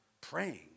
praying